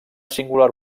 singular